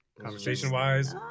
conversation-wise